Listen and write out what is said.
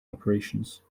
operations